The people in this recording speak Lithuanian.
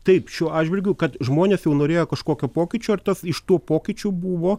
taip šiuo atžvilgiu kad žmonės jau norėjo kažkokio pokyčio ir tas iš tų pokyčių buvo